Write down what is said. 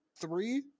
three